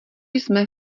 jsme